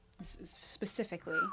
Specifically